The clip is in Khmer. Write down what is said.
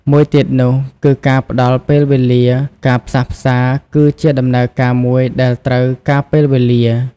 មួយទៀតនោះគឺការផ្ដល់ពេលវេលា ការផ្សះផ្សាគឺជាដំណើរការមួយដែលត្រូវការពេលវេលា។